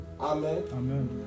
Amen